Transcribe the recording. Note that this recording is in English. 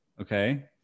Okay